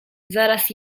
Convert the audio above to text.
zaraz